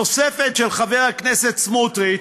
נוספת, של חבר הכנסת סמוטריץ.